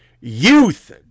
youth